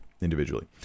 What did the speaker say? individually